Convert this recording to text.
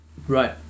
Right